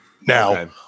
now